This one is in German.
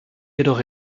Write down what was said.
jedoch